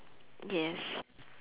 yes